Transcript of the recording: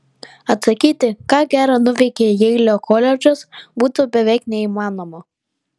atsakyti ką gera nuveikė jeilio koledžas būtų beveik neįmanoma